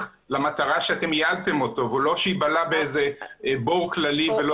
למטרה שאתם ייעדתם אותו ושלא ייבלע באיזה בור כללי.